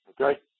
Okay